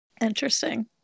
Interesting